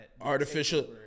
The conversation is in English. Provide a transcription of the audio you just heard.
Artificial